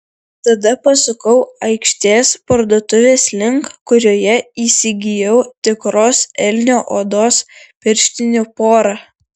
tada pasukau aikštės parduotuvės link kurioje įsigijau tikros elnio odos pirštinių porą